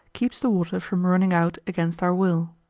keeps the water from running out against our will.